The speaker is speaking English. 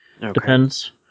Depends